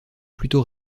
plutôt